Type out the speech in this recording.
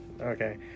Okay